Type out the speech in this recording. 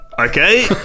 Okay